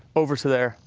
over to there,